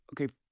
okay